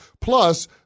Plus